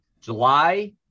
July